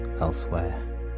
elsewhere